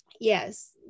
Yes